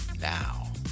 Now